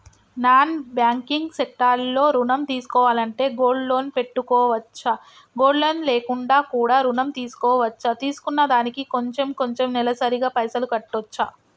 Non banking sector లో ఋణం తీసుకోవాలంటే గోల్డ్ లోన్ పెట్టుకోవచ్చా? గోల్డ్ లోన్ లేకుండా కూడా ఋణం తీసుకోవచ్చా? తీసుకున్న దానికి కొంచెం కొంచెం నెలసరి గా పైసలు కట్టొచ్చా?